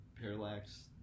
Parallax